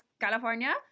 California